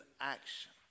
action